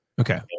Okay